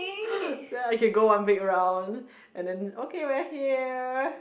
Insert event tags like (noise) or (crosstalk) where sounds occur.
(breath) then I can go one big round and then okay we are here